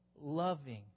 loving